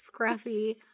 scruffy